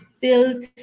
build